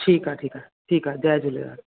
ठीकु आहे ठीकु आहे ठीकु आहे जय झूलेलाल